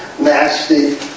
nasty